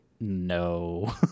no